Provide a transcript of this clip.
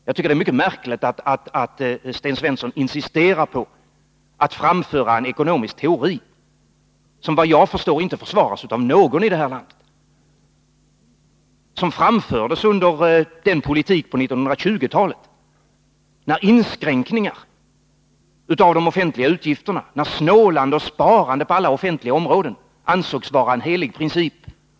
Det är mycket märkligt att Sten Svensson insisterar på att framföra en ekonomisk teori, som efter vad jag förstår inte försvaras av någon i detta land, en teori som lanserades i politiken på 1920-talet, när inskränkningar i de offentliga utgifterna samt snålande och sparande på alla offentliga områden ansågs vara en helig princip.